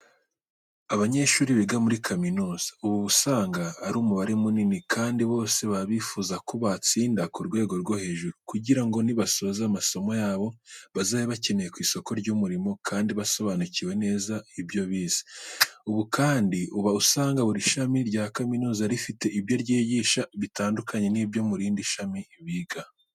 Abanyeshuri biga muri za kaminuza, uba usanga ari umubare munini kandi bose baba bifuza ko batsinda ku rwego rwo hejuru kugira ngo nibasoza amasomo yabo bazabe bakenewe ku isoko ry'umurimo, kandi basobanukiwe neza ibyo bize. Ubu kandi uba usanga buri shami rya kaminuza riba rifite ibyo ryigisha bitandukanye n'ibyo murindi shami biga.